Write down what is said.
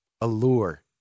allure